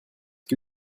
que